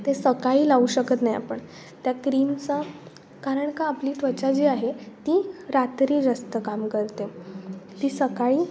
ते सकाळी लावू शकत नाही आपण त्या क्रीमचा कारण का आपली त्वचा जी आहे ती रात्री जास्त काम करते ती सकाळी